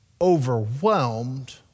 overwhelmed